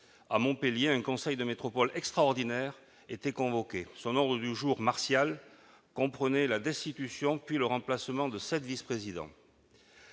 à Montpellier, un conseil de métropole extraordinaire était convoqué. Son ordre du jour martial comprenait la destitution, puis le remplacement de sept vice-présidents.